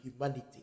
humanity